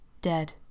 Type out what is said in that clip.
dead